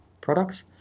products